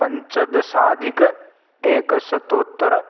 पञ्चदशाधिक एकशतोत्तर